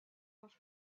off